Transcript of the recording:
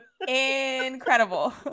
incredible